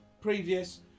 previous